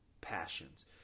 passions